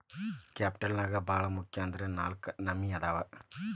capital ನ್ಯಾಗ್ ಭಾಳ್ ಮುಖ್ಯ ಅಂದ್ರ ನಾಲ್ಕ್ ನಮ್ನಿ ಅದಾವ್